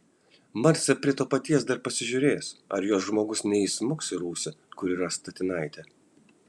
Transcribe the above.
marcė prie to paties dar pasižiūrės ar jos žmogus neįsmuks į rūsį kur yra statinaitė